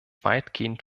weitgehend